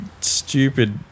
stupid